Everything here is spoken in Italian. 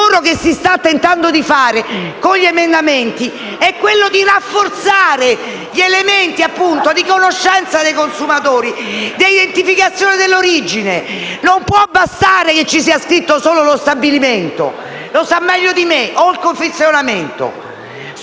che si sta tentando di fare con gli emendamenti è quello di rafforzare gli elementi di conoscenza dei consumatori e di identificazione dell'origine. Non può bastare che ci sia scritto solo lo stabilimento o il luogo di confezionamento.